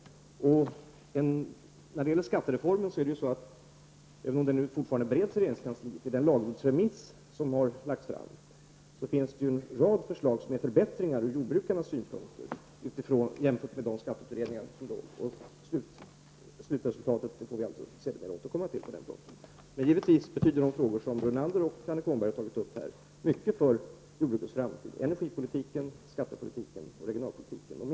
Även om skattereformen nu fortfarande bereds i regeringskansliet, så finns det i den lagrådsremiss som har lagts fram en rad förslag som är förbättringar ur jordbrukarnas synpunkt jämfört med vad som föreslagits i skatteut redningar. Slutresultatet på den punkten får vi alltså sedermera återkomma till. Men de frågor som Lennart Brunander och Annika Åhnberg har tagit upp här betyder givetvis mycket för jordbrukets framtid — energipolitiken, skattepolitiken och regionalpolitiken.